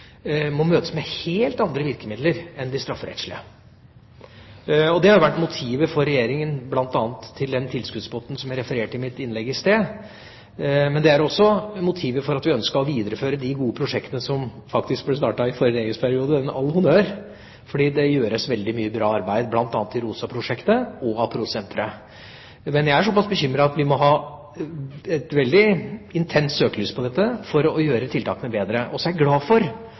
må møtes med helt andre virkemidler enn de strafferettslige. Og det har jo vært motivet for Regjeringa bl.a. til den tilskuddspotten som jeg refererte til i mitt innlegg i stad. Det er også motivet for at vi har ønsket å videreføre de gode prosjektene som faktisk ble startet i forrige regjeringsperiode – all honnør, for det gjøres veldig mye bra arbeid, bl.a. i ROSA-prosjektet og av Pro Sentret. Men jeg er så pass bekymret at jeg mener vi må ha et veldig intenst søkelys på dette for å gjøre tiltakene bedre. Så er jeg glad for